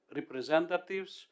representatives